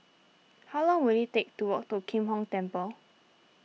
how long will it take to walk to Kim Hong Temple